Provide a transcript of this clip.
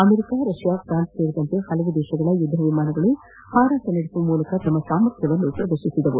America Russia France ಸೇರಿದಂತೆ ಹಲವು ದೇಶಗಳ ಯುದ್ದವಿಮಾನಗಳು ಹಾರಾಟ ನಡೆಸುವ ಮೂಲಕ ತಮ್ಮ ಸಾಮರ್ಥ್ಯವನ್ನು ಪ್ರದರ್ತಿಸಿದವು